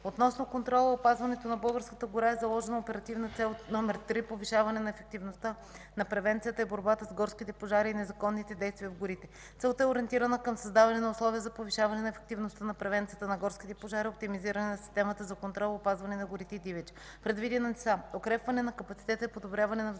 Относно контрола и опазването на българската гора е заложена оперативна цел № 3, повишаване на ефективността, на превенцията и борбата с горските пожари и незаконните действия в горите. Целта е ориентирана към създаване на условия за повишаване на ефективността на превенцията за горските пожари, оптимизиране на системата за контрол, опазване на горите и дивеча. Предвидени са: укрепване на капацитета и подобряване на взаимодействието